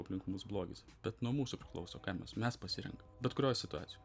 aplink mus blogis bet nuo mūsų priklauso ką mes mes pasirenkam bet kurioj situacijoj